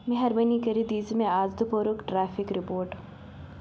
مہربٲنی کٔرِتھ دیزِ مے از دُپہرُک ٹریفِک رپورٹ